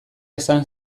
esan